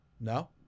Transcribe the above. No